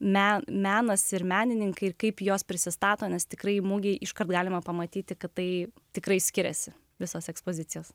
mes menas ir menininkai ir kaip jos prisistato nes tikrai mugei iškart galima pamatyti kad tai tikrai skiriasi visos ekspozicijos